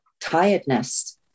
tiredness